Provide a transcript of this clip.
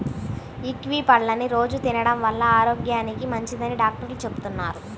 యీ కివీ పళ్ళని రోజూ తినడం వల్ల ఆరోగ్యానికి మంచిదని డాక్టర్లు చెబుతున్నారు